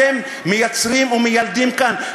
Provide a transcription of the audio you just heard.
אתם מייצרים ומיילדים כאן,